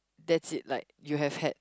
that's it like you have had